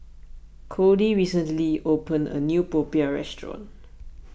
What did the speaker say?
Codie recently opened a new Popiah restaurant